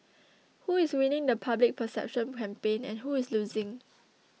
who is winning the public perception campaign and who is losing